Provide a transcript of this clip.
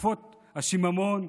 בתקופות השיממון,